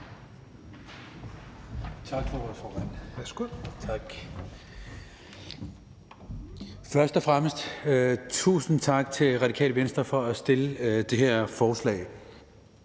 Tak for ordet, formand. Først og fremmest tusind tak til Radikale Venstre for at fremsætte det her forslag.